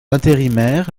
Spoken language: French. intérimaire